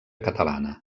catalana